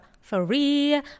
free